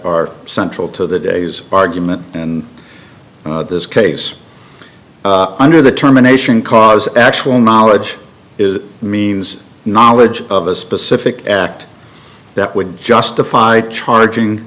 are central to the day's argument in this case under the terminations cause actual knowledge is means knowledge of a specific act that would be justified charging